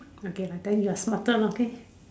okay then you're smarter lah okay